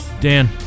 Dan